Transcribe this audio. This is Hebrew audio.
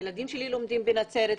הילדים שלי לומדים בנצרת.